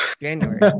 January